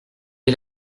est